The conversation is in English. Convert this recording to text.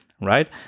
right